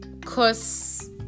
Cause